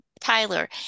Tyler